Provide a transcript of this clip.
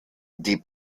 die